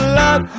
love